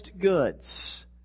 goods